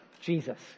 Jesus